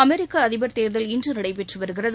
அமெரிக்க அதிபர் தேர்தல் இன்று நடைபெற்று வருகிறது